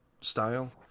style